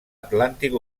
atlàntic